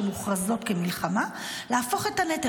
שמוכרזות כמלחמה להפוך את הנטל.